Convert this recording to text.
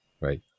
right